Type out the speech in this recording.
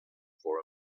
for